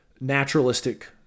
naturalistic